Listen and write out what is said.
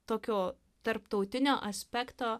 tokio tarptautinio aspekto